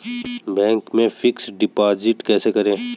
Bank में fix deposit कैसे करें?